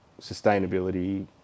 sustainability